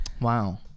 Wow